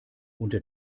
unter